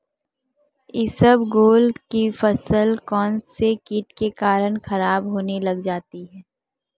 इसबगोल की फसल कौनसे कीट के कारण खराब होने लग जाती है?